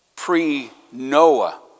pre-Noah